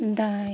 दाएं